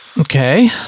Okay